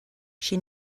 she